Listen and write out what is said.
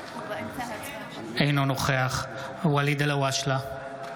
אינו נוכח ואליד אלהואשלה,